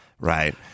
Right